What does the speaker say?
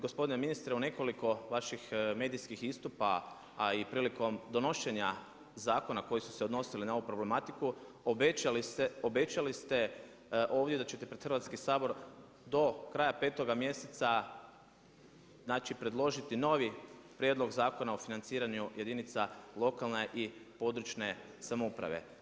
Gospodine ministre, u nekoliko vaših medijskih istupa, a i prilikom donošenja zakona koji su se odnosili na ovu problematiku obećali ste ovdje da ćete pred Hrvatski sabor do kraja petoga mjeseca predložiti novi Prijedlog zakona o financiranju jedinica područne i lokalne samouprave.